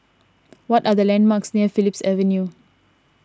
what are the landmarks near Phillips Avenue